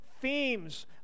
themes